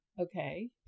Okay